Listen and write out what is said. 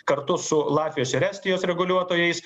kartu su latvijos ir estijos reguliuotojais